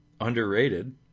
underrated